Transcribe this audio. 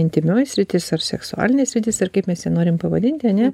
intymioji sritis ar seksualinė sritis ir kaip mes ją norim pavadinti ane